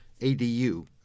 ADU